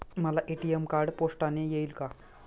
मला ATM card पोस्टाने येईल का?